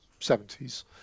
70s